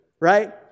Right